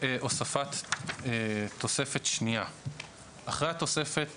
הוספת תוספת שנייה 9. אחרי התוספת